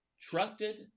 trusted